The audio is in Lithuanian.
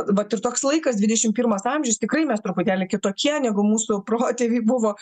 vat ir toks laikas dvidešim pirmas amžius tikrai mes truputėlį kitokie negu mūsų protėviai buvo